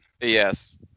Yes